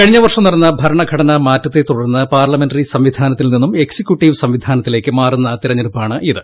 കഴിഞ്ഞ വർഷം നടന്ന ഭരണ ഘടനാ മാറ്റത്തെ തുടർന്ന് പാർലമെന്ററി സംവിധാനത്തിൽ നിന്നും എക്സിക്യൂട്ടീവ് സംവിധാനത്തിലേക്ക് മാറുന്ന തെരഞ്ഞെടുപ്പാണിത്